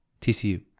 TCU